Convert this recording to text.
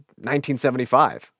1975